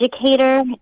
educator